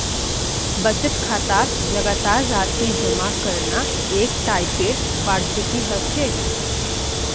बचत खातात लगातार राशि जमा करना एक टाइपेर वार्षिकी ह छेक